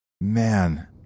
Man